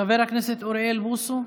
חבר הכנסת אוריאל בוסו,